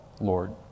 Lord